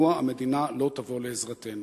מדוע המדינה לא תבוא לעזרתנו?"